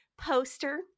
poster